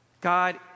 God